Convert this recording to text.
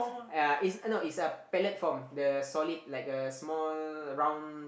yeah uh it's uh no it's a pellet form the solid like a small round